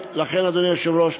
אדוני היושב-ראש,